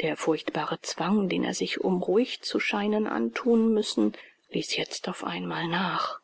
der furchtbare zwang den er sich um ruhig zu scheinen anthun müssen ließ jetzt auf einmal nach